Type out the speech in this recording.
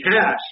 cash